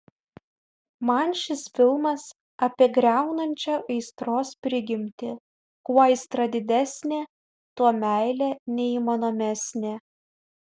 man šis filmas apie griaunančią aistros prigimtį kuo aistra didesnė tuo meilė neįmanomesnė